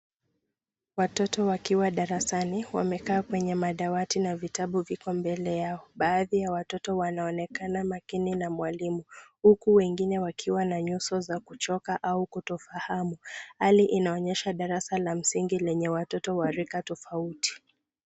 Watoto wakiwa darasani wamekaa kwenye madawati na vitabu viliko mbele yao. Baadhi ya watoto wanaonekana makini na mwalimu, huku wengine wakiwa na nyuso za kuchoka au kutofahamu. Hali inaonyesha darasa la msingi lenye watoto wenye rika tofauti.